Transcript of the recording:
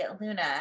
luna